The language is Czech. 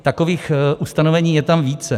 Takových ustanovení je tam více.